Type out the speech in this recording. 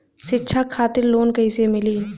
शिक्षा खातिर लोन कैसे मिली?